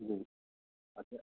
जी अच्छा